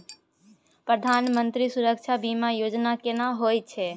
प्रधानमंत्री सुरक्षा बीमा योजना केना होय छै?